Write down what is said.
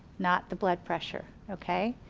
not the blood pressure. okay,